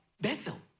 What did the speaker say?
Bethel